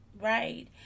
right